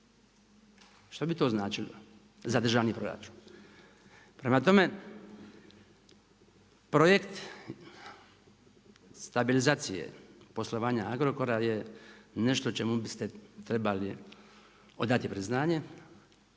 Što bi to značilo za državni proračun? Prema tome, projekt stabilizacije poslovanja Agrokora je nešto čemu biste trebali odati priznanje